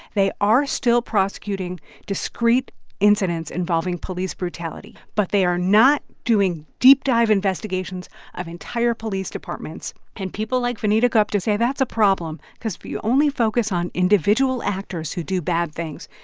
they are still prosecuting discrete incidents involving police brutality, but they are not doing deep-dive investigations of entire police departments. and people like vanita gupta say that's a problem because if you only focus on individual actors who do bad things,